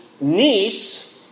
niece